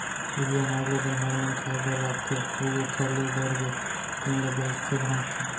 उहीं अनाज ल बनिहार मन खाए बर राखथे अउ ओखर ले उबरगे तेन ल बेचथे भांजथे